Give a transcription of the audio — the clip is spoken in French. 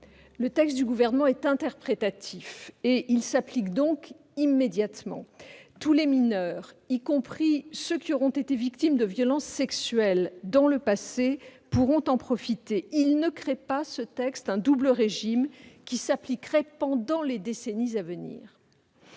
raisons. D'abord, étant interprétatif, il s'appliquera immédiatement. Tous les mineurs, y compris ceux qui auront été victimes de violences sexuelles dans le passé, pourront en profiter. Ce texte ne crée donc pas un double régime qui s'appliquerait dans les décennies à venir.